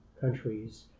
countries